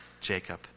Jacob